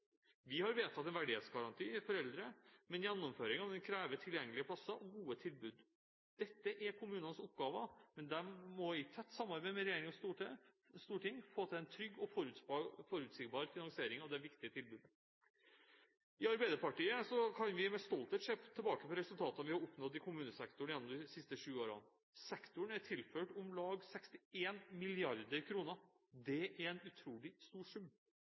Vi har vedtatt en verdighetsgaranti for eldre, men gjennomføringen av den krever tilgjengelige plasser og gode tilbud. Dette er kommunenes oppgaver, men de må i tett samarbeid med regjering og storting få til en trygg og forutsigbar finansiering av dette viktige tilbudet. I Arbeiderpartiet kan vi med stolthet se tilbake på resultatene vi har oppnådd i kommunesektoren gjennom de siste sju årene. Sektoren er tilført om lag 61 mrd. kr. Det er en utrolig stor sum.